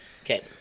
Okay